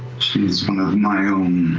she's one of my own.